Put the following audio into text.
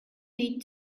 need